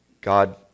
God